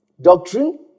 doctrine